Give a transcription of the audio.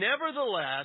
Nevertheless